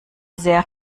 sehr